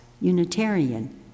Unitarian